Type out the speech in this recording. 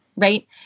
right